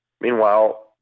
Meanwhile